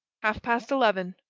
half-past eleven,